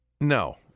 No